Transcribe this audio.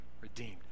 redeemed